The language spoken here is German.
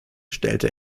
stellte